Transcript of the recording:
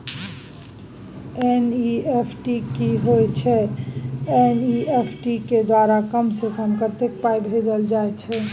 NEFT की होय छै एन.ई.एफ.टी के द्वारा कम से कम कत्ते पाई भेजल जाय छै?